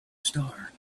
star